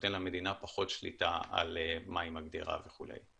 נותן למדינה פחות שליטה על מה היא מגדירה וכו'.